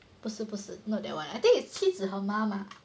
不是不是 not that one I think it's 妻子好妈妈